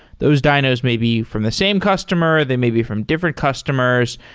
those dynos may be from the same customer, they may be from different customers.